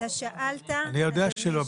אתה שאלת על --- אני יודע שלא.